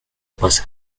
pasa